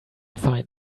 find